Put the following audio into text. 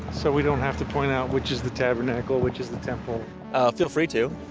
so we don't have to point out which is the tabernacle, which is the temple feel free to.